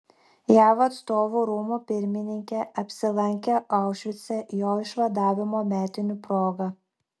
jav atstovų rūmų pirmininkė apsilankė aušvice jo išvadavimo metinių proga